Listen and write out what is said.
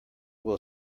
will